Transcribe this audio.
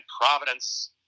Providence –